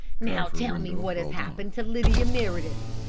now tell me what has happened to lydia meredith,